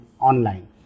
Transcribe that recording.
online